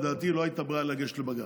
לדעתי לא הייתה ברירה אלא לגשת לבג"ץ.